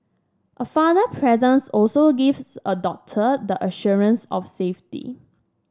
a father's presence also gives a daughter the assurance of safety